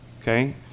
Okay